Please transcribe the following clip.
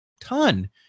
ton